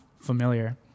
familiar